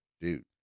Dude